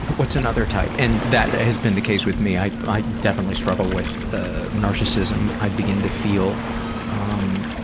what's another type? and that has been the case with me i i definitely struggle with ah narcissism i begin to feel um